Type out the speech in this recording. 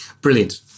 Brilliant